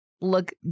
Look